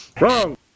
Wrong